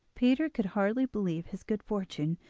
peter could hardly believe his good fortune,